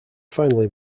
finally